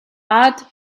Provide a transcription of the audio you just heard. add